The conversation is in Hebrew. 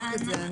נבדוק את זה.